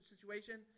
situation